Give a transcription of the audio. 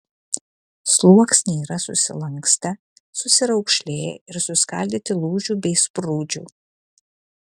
sluoksniai yra susilankstę susiraukšlėję ir suskaldyti lūžių bei sprūdžių